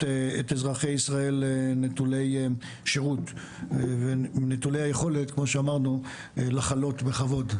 אזרחי ישראל נטולי שירות ונטולי היכולת כמו שאמרנו לחלות בכבוד,